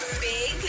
big